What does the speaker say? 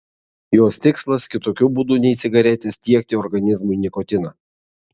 jos tikslas kitokiu būdu nei cigaretės tiekti organizmui nikotiną